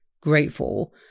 grateful